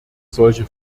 solche